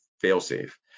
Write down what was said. fail-safe